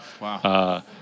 Wow